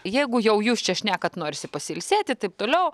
jeigu jau jūs čia šnekat norisi pasiilsėti taip toliau